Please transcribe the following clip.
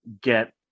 get